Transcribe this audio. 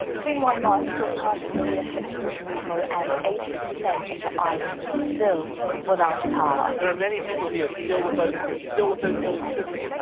it's been one month since hurricane maria hit puerto rico, and eighty percent of the island is still without power ah there are many people here still without food, still without electricity,